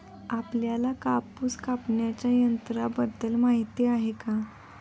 आपल्याला कापूस कापण्याच्या यंत्राबद्दल माहीती आहे का?